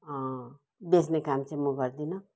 बेच्ने काम चाहिँ म गर्दिनँ